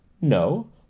No